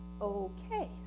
okay